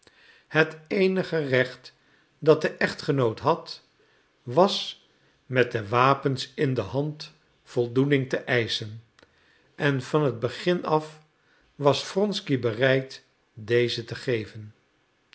het eenige recht dat de echtgenoot had was met de wapens in de hand voldoening te eischen en van het begin af was wronsky bereid deze te geven